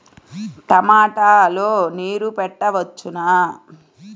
టమాట లో నీరు పెట్టవచ్చునా?